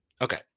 Okay